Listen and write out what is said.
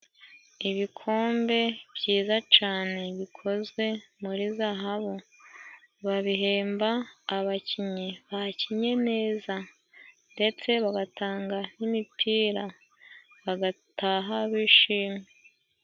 Ibikombe byiza cane bikozwe muri zahabu, babihemba abakinnyi bakinnye neza ndetse bagatanga n'imipira bagataha bishimye.